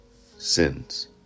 Sins